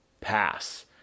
pass